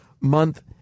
Month